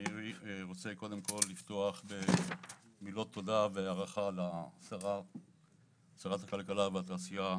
אני רוצה קודם כל לפתוח במילות תודה והערכה לשרת הכלכלה והתעשיה,